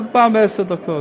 עוד פעם בעשר דקות?